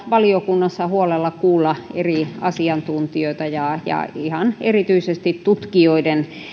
valiokunnassa huolella kuulla eri asiantuntijoita ja ihan erityisesti tutkijoiden